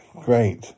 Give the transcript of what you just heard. great